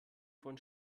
von